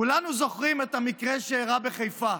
כולנו זוכרים את המקרה שאירע בחיפה,